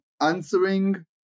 answering